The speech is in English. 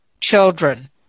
children